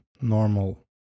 normal